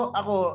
ako